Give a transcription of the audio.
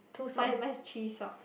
my mine's three sock